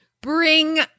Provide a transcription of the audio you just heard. bring